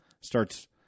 starts